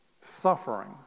Suffering